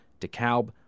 DeKalb